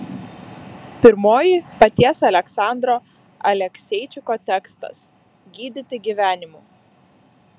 pirmoji paties aleksandro alekseičiko tekstas gydyti gyvenimu